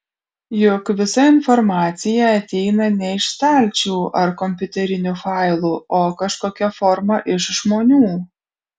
juk visa informacija ateina ne iš stalčių ar kompiuterinių failų o kažkokia forma iš žmonių